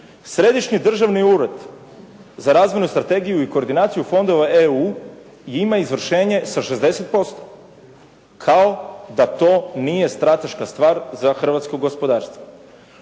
Središnji državni Ured za razvojnu strategiju i koordinaciju fondova EU ima izvršenje sa 60%, kao da to nije strateška stvar za hrvatsko gospodarstvo.